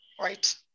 right